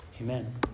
Amen